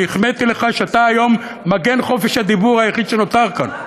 החמאתי לך שאתה היום מגן חופש הדיבור היחיד שנותר כאן.